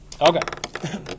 Okay